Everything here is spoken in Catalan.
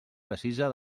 precisa